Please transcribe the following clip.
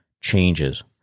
changes